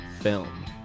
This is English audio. film